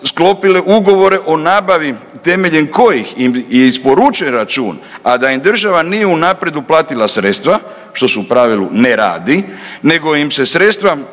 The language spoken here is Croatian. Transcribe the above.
ugovore o nabavi temeljem kojih im je isporučen račun, a da im država nije unaprijed uplatila sredstva, što se u pravilu ne radi nego im se sredstva